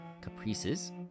caprices